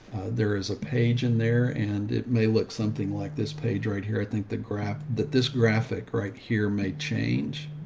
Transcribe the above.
there is a page in there and it may look something like this page right here. i think the graph that this graphic right here may change,